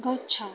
ଗଛ